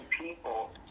people